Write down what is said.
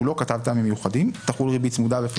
לא כתב טעמים מיוחדים תחול ריבית צמודה והפרשי הצמדה.